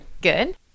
good